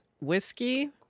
whiskey